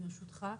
ברשותך,